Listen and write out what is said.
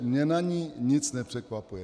Mě na ní nic nepřekvapuje.